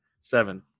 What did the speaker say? Seven